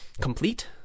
complete